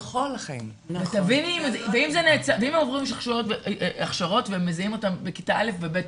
אם הם עוברים הכשרות והם מזהים אותם בכיתה א' ו-ב',